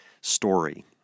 story